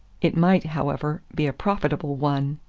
it might, however, be a profitable one.